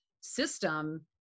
system